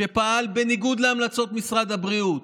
שפעל בניגוד להמלצות משרד הבריאות.